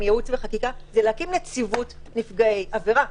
עם ייעוץ וחקיקה זה להקים נציבות נפגעי עבירה.